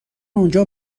اونجا